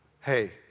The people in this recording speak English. Hey